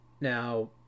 Now